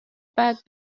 بعد